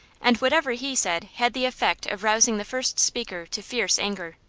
and whatever he said had the effect of rousing the first speaker to fierce anger.